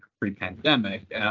pre-pandemic